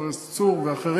חבר הכנסת צור ואחרים.